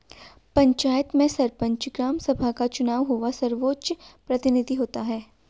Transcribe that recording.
पंचायत में सरपंच, ग्राम सभा का चुना हुआ सर्वोच्च प्रतिनिधि होता है